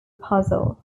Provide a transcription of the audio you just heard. puzzle